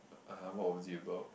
(uh huh) what was it about